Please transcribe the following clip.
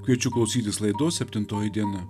kviečiu klausytis laidos septintoji diena